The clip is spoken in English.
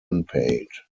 unpaid